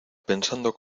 pensando